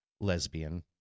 Lesbian